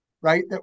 right